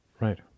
right